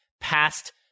past